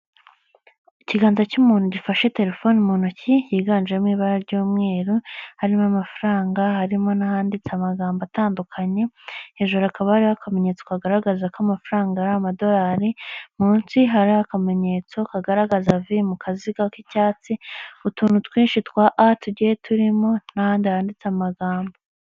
Ikiganza cy'umuntu gifashe telefoni mu ntoki, higanjemo ibara ry'umweru, harimo amafaranga harimo n'ahanditse amagambo atandukanye. Hejuru hakaba hari akamenyetso kagaragaza ko amafaranga ari amadolari, munsi hari akamenyetso kagaragaza v mu kaziga k'icyatsi, utuntu twinshi twa Atugiye turimo n'ahandi handitse amagambo.